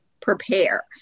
prepare